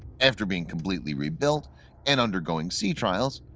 after being completely rebuilt and undergoing sea trials,